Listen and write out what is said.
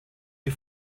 die